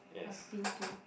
I've been to